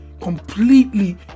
completely